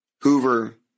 Hoover